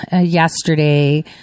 yesterday